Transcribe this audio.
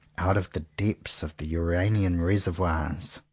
out of the depths of the uranian reservoirs.